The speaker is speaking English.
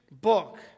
book